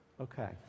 okay